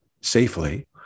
safely